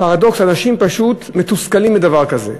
הפרדוקס, אנשים פשוט מתוסכלים מדבר כזה.